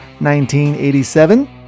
1987